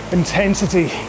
intensity